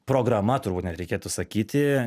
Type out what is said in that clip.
programa turbūt net reikėtų sakyti